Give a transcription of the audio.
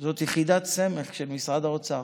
משרד האוצר, זאת יחידת סמך של משרד האוצר.